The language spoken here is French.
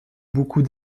beaucoup